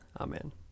Amen